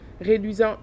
réduisant